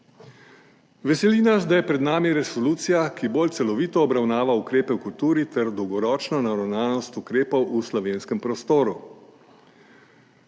Veseli nas, da je pred nami resolucija, ki bolj celovito obravnava ukrepe v kulturi ter dolgoročno naravnanost ukrepov v slovenskem prostoru.